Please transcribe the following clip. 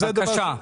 בבקשה.